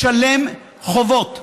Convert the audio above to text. לשלם חובות.